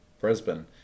Brisbane